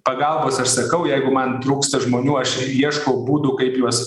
pagalbos aš sakau jeigu man trūksta žmonių aš ieškau būdų kaip juos